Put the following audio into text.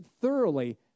thoroughly